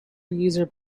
user